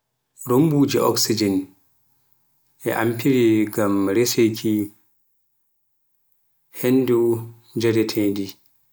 rumbuuje oksijin e amfira ngam reseki hennde njaretee nde.